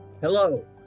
Hello